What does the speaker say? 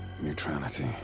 Neutrality